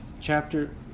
Chapter